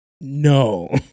no